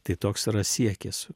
tai toks yra siekis